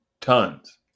Tons